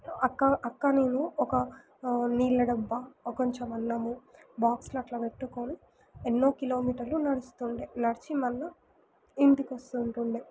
అక్క అక్క నేను ఒక నీళ్ళ డబ్బా కొంచెం అన్నము బాక్స్లో అట్లా పెట్టుకొని ఎన్నో కిలోమీటర్లు నడుస్తుండే నడిచి మళ్ళీ ఇంటికి వస్తూ ఉంటుండే